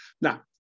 Now